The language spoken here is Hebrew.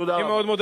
תודה רבה.